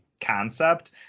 concept